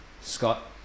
Scott